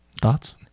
Thoughts